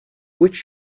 which